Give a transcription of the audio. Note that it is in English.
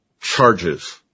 charges